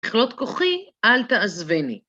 כלות כוחי, אל תעזבני.